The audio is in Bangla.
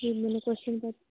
এ মানে কোশ্চেন কর